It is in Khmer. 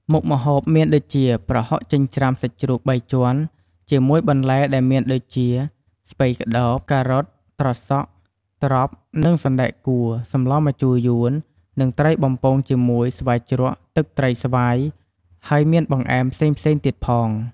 មុខម្ហូបមានដូចជា ប្រហុកចិញ្ច្រាំសាច់ជ្រូកបីជាន់ជាមួយបន្លែដែលមានដូចជា ស្ពៃក្តោប,ការ៉ុត,ត្រសក់,ត្រប់និងសណ្តែកគួរ សម្លរម្ជូរយួន និងត្រីបំពងជាមួយ ស្វាយជ្រក់ទឹកត្រីស្វាយ ហើយមានបង្អែមផ្សេងៗទៀតផង។